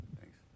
Thanks